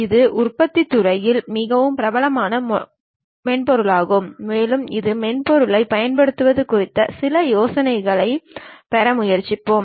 இது உற்பத்தித் துறையில் மிகவும் பிரபலமான மென்பொருளாகும் மேலும் இந்த மென்பொருளைப் பயன்படுத்துவது குறித்தும் சில யோசனைகளைப் பெற முயற்சிப்போம்